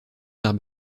vers